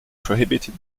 prohibited